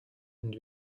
and